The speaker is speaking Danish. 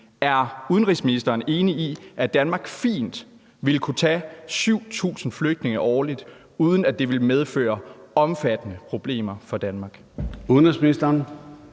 Er udenrigsministeren enig i, at Danmark fint ville kunne tage 7.000 flygtninge årligt, uden at det ville medføre omfattende problemer for Danmark? Kl.